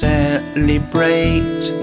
Celebrate